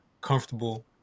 comfortable